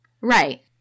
Right